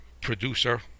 producer